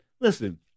listen